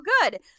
good